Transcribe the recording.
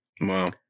Wow